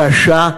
קשה,